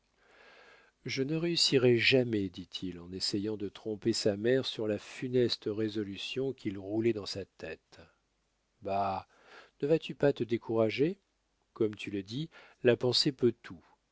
je ne réussirai jamais dit-il en essayant de tromper sa mère sur la funeste résolution qu'il roulait dans sa tête bah ne vas-tu pas te décourager comme tu le dis la pensée peut tout